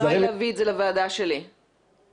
צריך להבין שהעלות הישירה של מה שלקחנו על עצמנו,